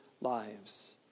lives